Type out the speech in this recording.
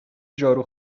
جارو